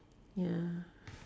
ya